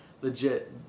legit